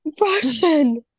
Russian